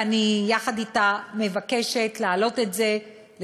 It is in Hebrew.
ואני יחד אתה מבקשת להעלות את זה לסדר-היום,